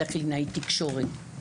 של קלינאי תקשורת.